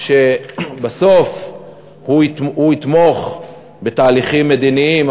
שבסוף הוא יתמוך בתהליכים מדיניים,